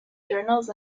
journals